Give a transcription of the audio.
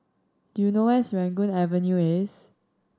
do you know where is Serangoon Avenue